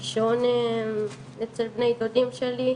לישון אצל בני דודים שלי,